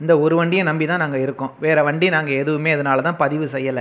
இந்த ஒரு வண்டியை நம்பி தான் நாங்கள் இருக்கோம் வேறு வண்டி நாங்கள் எதுவுமே இதனால தான் பதிவு செய்யல